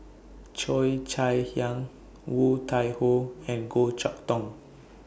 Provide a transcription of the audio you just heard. Cheo Chai Hiang Woon Tai Ho and Goh Chok Tong